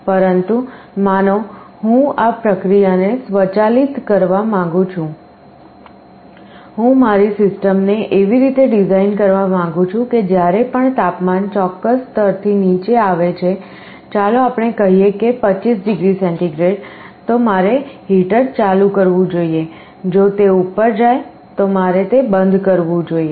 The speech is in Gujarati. પરંતુ માનો હું આ પ્રક્રિયાને સ્વચાલિત કરવા માંગુ છું હું મારી સિસ્ટમને એવી રીતે ડિઝાઇન કરવા માંગું છું કે જ્યારે પણ તાપમાન ચોક્કસ સ્તરથી નીચે આવે છે ચાલો આપણે કહીએ કે 25 ડિગ્રી સેન્ટીગ્રેડ મારે હીટર ચાલુ કરવું જોઈએ જો તે ઉપર જાય તો મારે તે બંધ કરવું જોઈએ